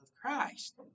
Christ